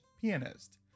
pianist